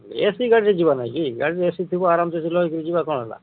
AC ଗାଡ଼ିରେ ଯିବା ନାହିଁ କି ଗାଡ଼ିରେ ଏସି ଥିବ ଆରାମସେ ସେ ଚଲେଇକି ଯିବା କ'ଣ ହେଲା